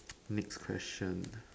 next question